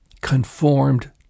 Conformed